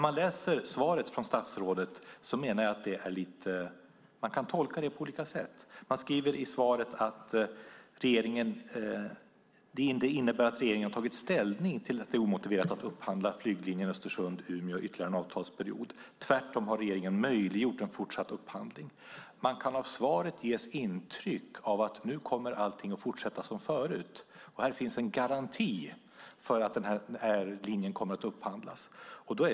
Man kan tolka statsrådets svar på olika sätt. I svaret står det att det inte innebär att regeringen har tagit ställning till att det är omotiverat att upphandla flyglinjen Östersund-Umeå ytterligare en avtalsperiod. Tvärtom har regeringen möjliggjort en fortsatt upphandling. Man kan av svaret få intrycket att allt kommer att fortsätta som förut och att det finns en garanti för att linjen kommer att upphandlas.